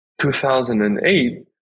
2008